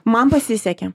man pasisekė